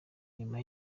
nyuma